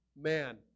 man